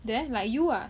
there like you ah